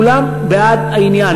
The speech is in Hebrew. כולם בעד העניין.